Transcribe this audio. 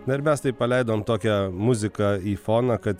na ir mes taip paleidom tokią muziką į foną kad